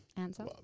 answer